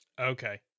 Okay